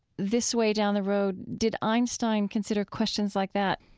this way down the road? did einstein consider questions like that?